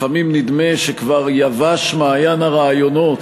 לפעמים נדמה שכבר יבש מעיין הרעיונות.